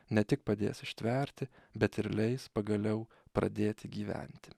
ne tik padės ištverti bet ir leis pagaliau pradėti gyventi